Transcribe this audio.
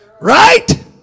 Right